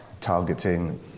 targeting